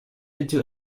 into